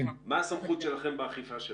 מה הסמכות שלכם באכיפה שלו?